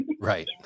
Right